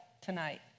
tonight